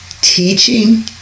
teaching